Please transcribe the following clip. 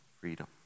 freedom